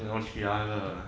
no sia 的